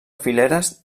fileres